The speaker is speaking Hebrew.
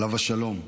עליו השלום,